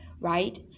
right